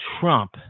Trump